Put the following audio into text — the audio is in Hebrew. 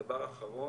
דבר האחרון,